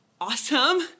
awesome